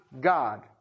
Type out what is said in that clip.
God